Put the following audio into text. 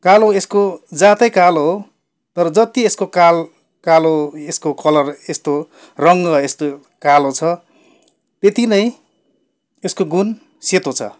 कालो यसको जातै कालो हो तर जति यसको काल कालो यसको कलर यस्तो रङ्ग यस्तो कालो छ त्यति नै यसको गुण सेतो छ